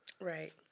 Right